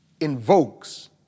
invokes